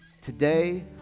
Today